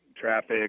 traffic